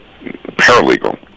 paralegal